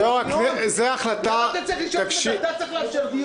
סעיף 115 לתקנון קובע שמי שמגיש בקשה לרביזיה צריך להשתתף בדיון,